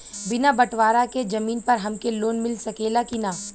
बिना बटवारा के जमीन पर हमके लोन मिल सकेला की ना?